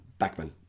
backman